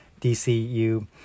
dcu